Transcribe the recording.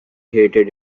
hated